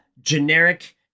generic